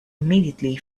immediately